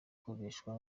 akoreshwa